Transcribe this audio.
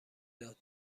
داد